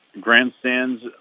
grandstands